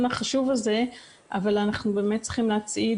החשוב הזה אבל אנחנו באמת צריכים להצעיד,